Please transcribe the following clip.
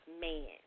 man